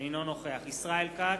אינו נוכח ישראל כץ,